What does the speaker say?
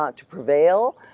um to prevail,